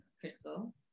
Crystal